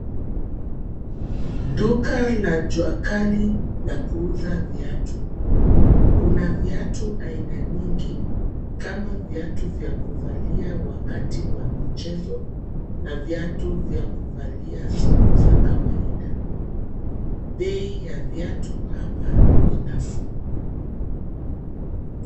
Duka la jua kali la kuuza viatu. Kuna viatu aina nyingi kama viatu vya kuvalia wakati wa michezo na viatu vya kuvalia siku za kawaida. Bei ya viatu hapa ni nafuu.